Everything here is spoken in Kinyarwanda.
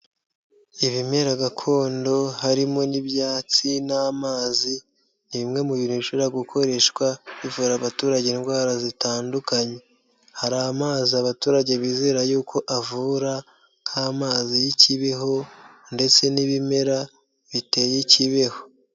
Ibimera gakondo harimo n'ibyatsi n'amazi, ni bimwe mu bintu bishobora gukoreshwa bivura abaturage indwara zitandukanye, hari amazi abaturage bizera yuko avura nk'amazi y'i Kibeho ndetse n'ibimera biteye i Kibeho.